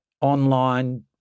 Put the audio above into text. online